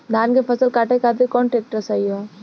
धान के फसल काटे खातिर कौन ट्रैक्टर सही ह?